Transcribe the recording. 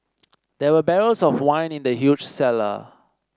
there were barrels of wine in the huge cellar